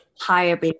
higher